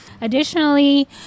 Additionally